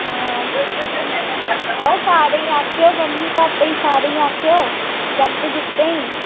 बा सारें ई आखेओ मम्मी भापै ई सारें ई आखेओ जागतें ई